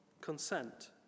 consent